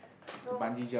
no